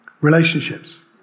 Relationships